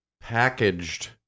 packaged